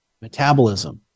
metabolism